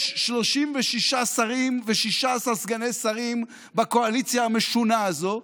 יש 36 שרים ו-16 סגני שרים בקואליציה המשונה הזאת,